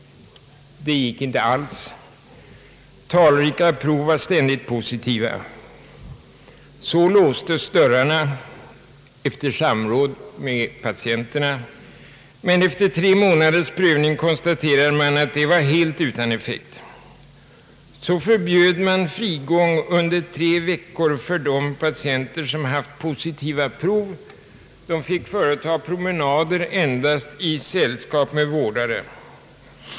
Det gick inte alls. Talrika prov var ständigt positiva. Så låstes dörrarna, efter samråd med patienterna, men efter tre månaders prövning konstaterade man att detta var helt utan effekt. Man förbjöd frigång under tre veckor för de patienter som haft positiva prov. De fick företa promenader endast i sällskap med vårdare.